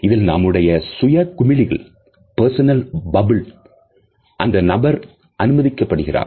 இதில் நம்முடைய சுய குமிழிக்குள் அந்த நபர் அனுமதிக்கப்படுகிறார்